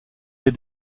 des